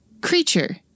creature